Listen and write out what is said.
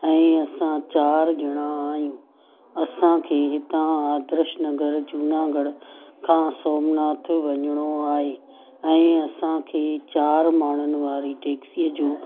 ऐं असां चार ॼणा आहियूं असांखे हितां आदर्श नगर जूनागढ़ खां सोमनाथ वञिणो आहे ऐं असांखे चार माण्हुनि वारी टेक्सीअ जो